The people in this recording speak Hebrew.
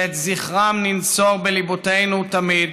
שאת זכרם ננצור בליבותנו תמיד.